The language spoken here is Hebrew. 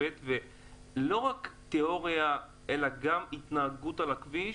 לא רק תיאוריה אלא גם התנהגות על הכביש,